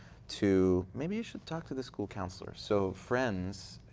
to maybe you should talk to the school counselor. so friends,